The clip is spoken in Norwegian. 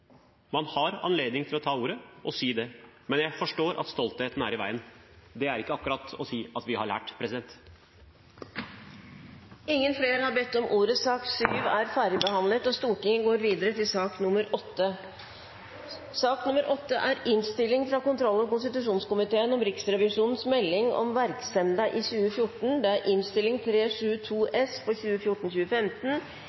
Man har anledning til å ta ordet og si det, men jeg forstår at stoltheten står i veien. Det er ikke akkurat å si at vi har lært. Flere har ikke bedt om ordet til sak nr. 7. Riksrevisjonen har lagt fram en fyldig melding om sin virksomhet i 2014. Jeg legger fram en enstemmig innstilling fra kontroll- og konstitusjonskomiteen om meldinga. Det er komiteens vurdering at meldinga på en god måte beskriver Riksrevisjonens arbeid og virksomhet i 2014. Komiteen er